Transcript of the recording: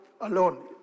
alone